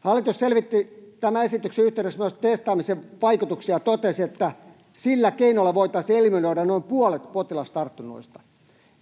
Hallitus selvitti tämän esityksen yhteydessä myös testaamisen vaikutuksia ja totesi, että sillä keinolla voitaisiin eliminoida noin puolet potilastartunnoista.